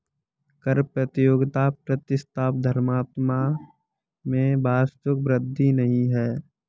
कर प्रतियोगिता प्रतिस्पर्धात्मकता में वास्तविक वृद्धि नहीं है